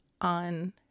on